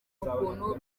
ukuntu